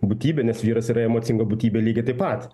būtybę nes vyras yra emocinga būtybė lygiai taip pat